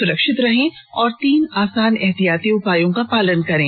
सुरक्षित रहें और तीन आसान उपायों का पालन करें